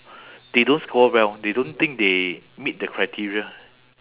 they don't score well they don't think they meet the criteria